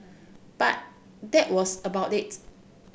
but that was about it